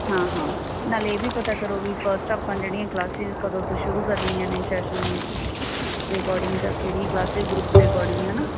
ਹਾਂ ਹਾਂ ਨਾਲੇ ਇਹ ਵੀ ਪਤਾ ਕਰੋ ਵੀ ਫਸਟ ਆਪਾਂ ਜਿਹੜੀਆਂ ਕਲਾਸਿਜ਼ ਕਦੋਂ ਤੋਂ ਸ਼ੁਰੂ ਕਰਨੀਆਂ ਨੇ ਸੈਸ਼ਨ ਦੇ ਅਕੌਰਡਿੰਗ ਜਾਂ ਕਿਹੜੀ ਕਲਾਸ ਗਰੁੱਪ ਦੇ ਅਕੌਰਡਿੰਗ ਹੈ ਨਾ